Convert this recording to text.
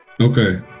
Okay